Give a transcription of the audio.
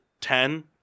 ten